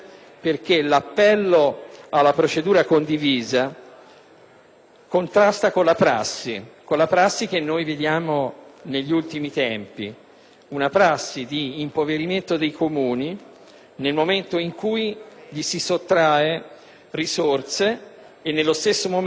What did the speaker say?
contrasta con la prassi che vediamo negli ultimi tempi, una prassi di impoverimento dei Comuni nel momento in cui gli si sottraggono risorse e gli si promette un aumento futuro delle potestà.